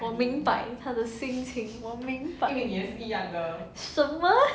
我明白他的心情我明白什么